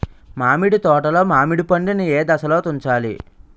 మామిడి తోటలో మామిడి పండు నీ ఏదశలో తుంచాలి?